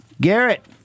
Garrett